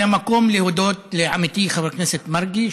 זה המקום להודות לעמיתי חבר הכנסת מרגי,